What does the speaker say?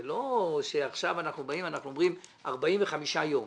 זה לא שעכשיו אנחנו באים ואומרים 45 ימים.